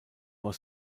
was